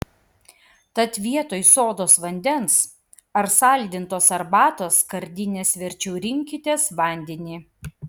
tad vietoj sodos vandens ar saldintos arbatos skardinės verčiau rinkitės vandenį